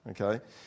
okay